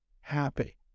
happy